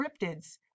cryptids